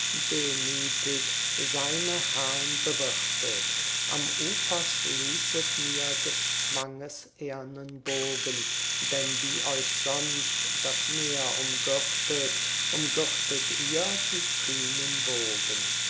demütig seine herrn bewirtet am ufer schließet mir des zwanges ehrnen bogen denn wie euch sonst das meer umgürtet umgürtet ihr die kühnen wogen